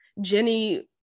Jenny